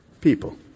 people